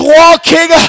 walking